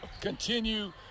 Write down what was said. continue